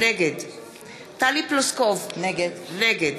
נגד טלי פלוסקוב, נגד